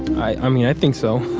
i mean, i think so.